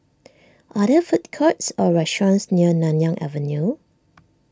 are there food courts or restaurants near Nanyang Avenue